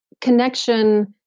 connection